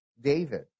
David